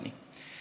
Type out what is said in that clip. אדוני.